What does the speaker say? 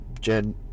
Jen